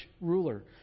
ruler